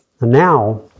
Now